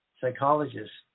psychologists